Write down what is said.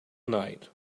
night